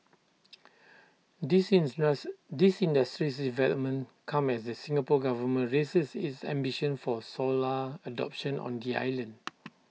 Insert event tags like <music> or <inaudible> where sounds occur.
<noise> these <unintelligible> these industries developments come as the Singapore Government raises its ambitions for solar adoption on the island